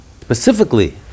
Specifically